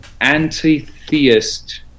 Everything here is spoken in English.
anti-theist